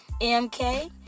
MK